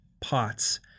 pots